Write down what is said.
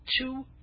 two